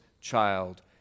child